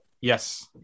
Yes